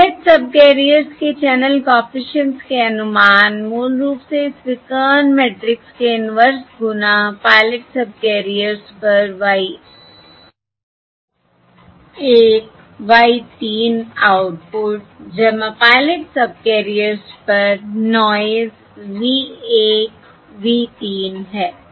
pilot subcarriers के channel coefficients के अनुमान मूल रूप से इस विकर्ण मैट्रिक्स के इनवर्स गुना पायलट सबकैरियर्स पर Y 1 Y 3 output pilot subcarriers पर नॉयस V1 V 3 है